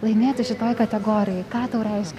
laimėti šitoj kategorijoj ką tau reiškia